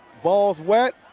ball is wet.